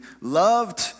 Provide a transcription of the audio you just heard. loved